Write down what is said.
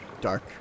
dark